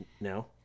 No